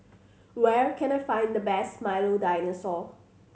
where can I find the best Milo Dinosaur